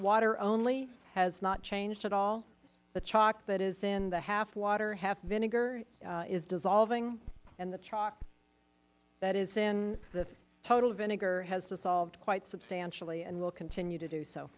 water only has not changed at all the chalk that is in the half water half vinegar is dissolving and the chalk that is in the total vinegar has dissolved quite substantially and will continue to do so